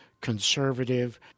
conservative